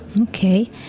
Okay